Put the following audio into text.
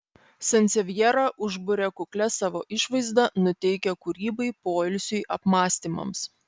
sansevjera užburia kuklia savo išvaizda nuteikia kūrybai poilsiui apmąstymams